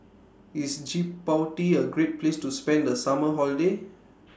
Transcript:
IS Djibouti A Great Place to spend The Summer Holiday